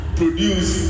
produce